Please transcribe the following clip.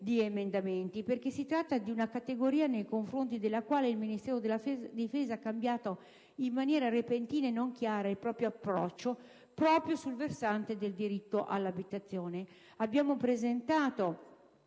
di emendamenti perché si tratta di una categoria nei confronti della quale il Ministero della difesa ha cambiato in maniera repentina e non chiara il proprio approccio proprio sul versante del diritto all'abitazione. Abbiamo presentato